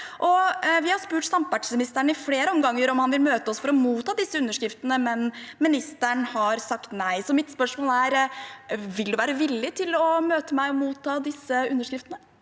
Vi har spurt samferdselsministeren i flere omganger om han vil møte oss for å motta disse underskriftene, men ministeren har sagt nei. Så mitt spørsmål er: Vil du være villig til å møte meg og motta disse underskriftene?